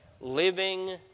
living